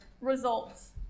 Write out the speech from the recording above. results